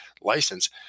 license